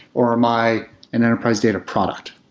or am i an enterprise data product?